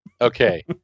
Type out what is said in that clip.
Okay